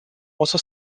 also